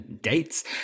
dates